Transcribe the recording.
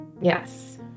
Yes